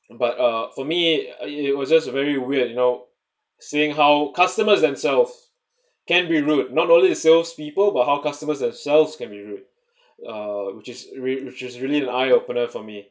but uh for me it it was just very weird you know seeing how customers themselves can be rude not only the salespeople but how customers ourselves can be rude uh which is re~ which is really an eye opener for me